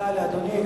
תודה לאדוני.